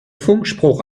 funkspruch